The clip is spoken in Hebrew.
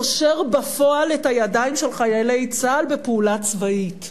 קושר בפועל את הידיים של חיילי צה"ל בפעולה צבאית.